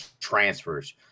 transfers